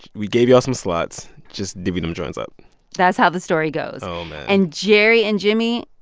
we gave y'all some slots. just divvy them joints up that's how the story goes oh, man and jerry and jimmy,